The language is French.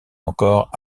encore